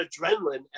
adrenaline